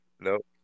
Nope